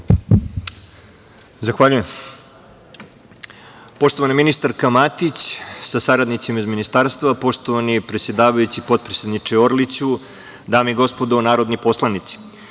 Zahvaljujem. Poštovana ministarko Matić, sa saradnicima iz Ministarstva, poštovani predsedavajući, potpredsedniče Orliću, dame i gospodo narodni poslanici,